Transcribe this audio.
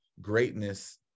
greatness